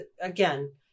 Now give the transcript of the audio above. again